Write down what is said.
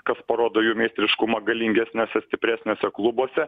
kas parodo jų meistriškumą galingesniuose stipresniuose klubuose